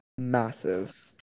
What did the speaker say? massive